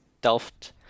Delft